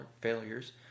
failures